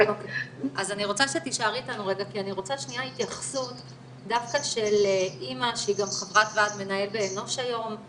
אני רוצה התייחסות דווקא של אמא שהיא גם חברת ועד מנהל באנוש היום,